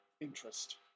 interest